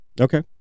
okay